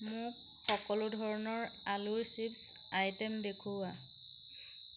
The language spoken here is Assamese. মোক সকলো ধৰণৰ আলুৰ চিপ্ছ আইটে'ম দেখুওৱা